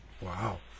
Wow